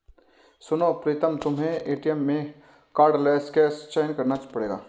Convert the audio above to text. सुनो प्रीतम तुम्हें एटीएम में कार्डलेस कैश का चयन करना पड़ेगा